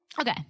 Okay